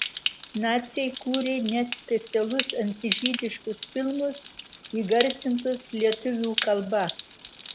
naciai kūrė net specialus antižydiškus filmus įgarsintus lietuvių kalba